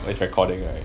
but it's recording right